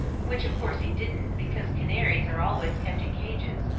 which of course he didn't, because canaries are always kept in cages,